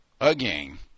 Again